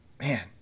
Man